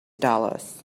dollars